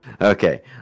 Okay